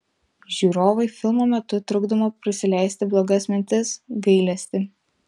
žiūrovui filmo metu trukdoma prisileisti blogas mintis gailestį